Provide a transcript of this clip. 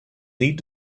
need